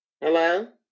Hello